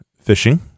fishing